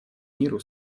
миру